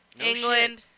England